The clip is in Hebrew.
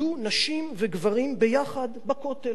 עמדו נשים וגברים ביחד בכותל.